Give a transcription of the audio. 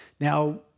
Now